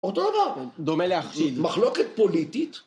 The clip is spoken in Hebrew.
אותו הדבר. דומה להחליט. מחלוקת פוליטית?